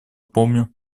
помню